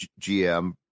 gm